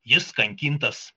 jis kankintas